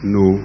no